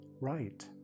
right